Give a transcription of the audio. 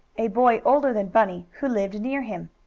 a boy older than bunny, who lived near him.